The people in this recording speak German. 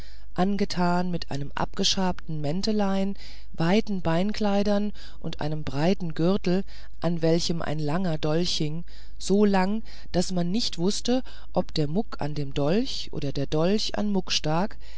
angetan mit einem abgeschabten mäntelein weiten beinkleidern und einem breiten gürtel an welchem ein langer dolch hing so lang daß man nicht wußte ob muck an dem dolch oder der dolch an muck stak